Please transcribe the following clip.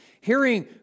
Hearing